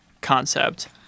concept